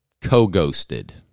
co-ghosted